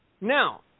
Now